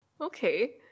Okay